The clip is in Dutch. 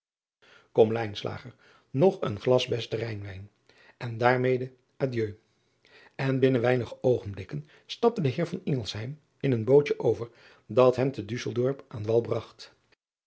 om nog een glas beste ijnwijn en daarmede driaan oosjes zn et leven van aurits ijnslager adieu n binnen weinige oogenblikken stapte de eer in een bootje over dat hem te usseldorp aan wal bragt